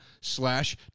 slash